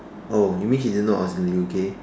oh you mean she didn't know I was in the U_K